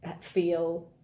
Feel